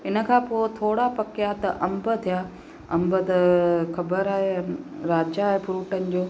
इन खां पोइ थोरा पकिया त अंब थिया अंब त ख़बर आहे राजा आहे फ्रूटनि जो